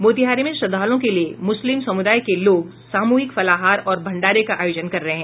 मोतिहारी में श्रद्धालुओं के लिये मुस्लिम समुदाय के लोग सामूहिक फलाहार और भंडारे का आयोजन कर रहे हैं